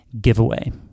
giveaway